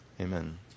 amen